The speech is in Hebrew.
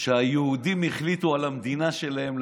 שהיהודים החליטו על המדינה שלהם,